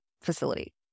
facility